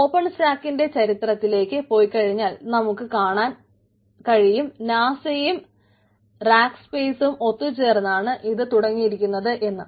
open സ്റ്റാക്കിന്റെ ചരിത്രത്തിലെക്ക് പോയിക്കഴിഞ്ഞാൽ നമുക്ക് കാണാം നാസയും റാക്സ്പെയിസും ഒത്തു ചേർന്നാണ് ഇത് തുടങ്ങിയിരിക്കുന്നത് എന്ന്